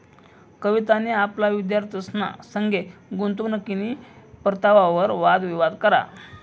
कवितानी आपला विद्यार्थ्यंसना संगे गुंतवणूकनी परतावावर वाद विवाद करा